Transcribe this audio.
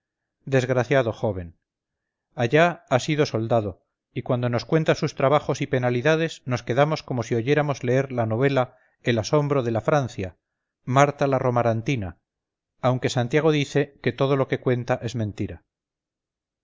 desgraciado joven allá ha sido soldado y cuando nos cuenta sus trabajos y penalidades nos quedamos como si oyéramos leer la novela el asombro de la francia marta la romarantina aunque santiago dice que todo lo que cuenta es mentira